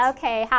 Okay